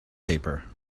paper